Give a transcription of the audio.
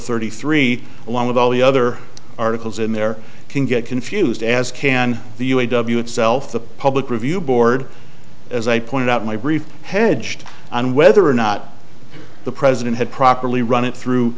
thirty three along with all the other articles in there can get confused as can the u a w itself the public review board as i pointed out my brief hedged on whether or not the president had properly run it through